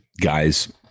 guys